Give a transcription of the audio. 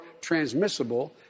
transmissible